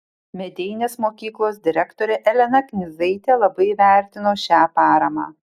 medeinės mokyklos direktorė elena knyzaitė labai įvertino šią paramą